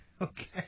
Okay